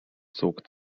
zog